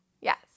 Yes